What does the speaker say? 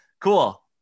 cool